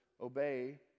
obey